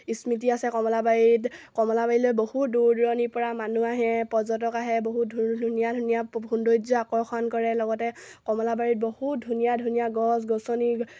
স্মৃতি আছে কমলাবাৰীত কমলাবাৰীলৈ বহুত দূৰ দূৰণিৰপৰা মানুহ আহে পৰ্যটক আহে বহুত ধুনু ধুনীয়া ধুনীয়া সৌন্দৰ্য আকৰ্ষণ কৰে লগতে কমলাবাৰীত বহুত ধুনীয়া ধুনীয়া গছ গছনি